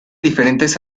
diferentes